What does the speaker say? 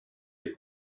les